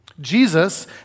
Jesus